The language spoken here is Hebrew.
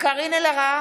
קארין אלהרר,